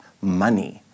money